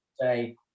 say